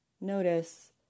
notice